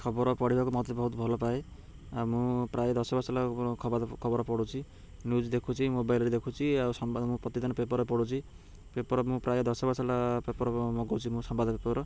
ଖବର ପଢ଼ିବାକୁ ମୋତେ ବହୁତ ଭଲ ପାଏ ଆଉ ମୁଁ ପ୍ରାୟ ଦଶ ବର୍ଷ ହେଲା ଖବ ଖବର ପଢୁଛି ନ୍ୟୁଜ୍ ଦେଖୁଛି ମୋବାଇଲ୍ରେ ଦେଖୁଛି ଆଉ ସମ୍ବାଦ ମୁଁ ପ୍ରତିଦିନ ପେପର୍ରେ ପଢୁଛି ପେପର୍ ମୁଁ ପ୍ରାୟ ଦଶ ବର୍ଷ ହେଲା ପେପର୍ ମଗାଉଛି ମୋ ସମ୍ବାଦ ପେପର୍